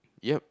yup